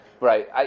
Right